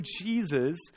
Jesus